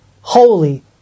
Holy